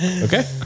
Okay